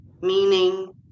meaning